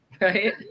right